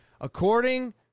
According